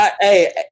hey